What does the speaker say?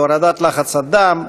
להורדת לחץ הדם,